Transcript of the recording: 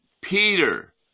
Peter